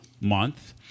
month